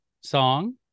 song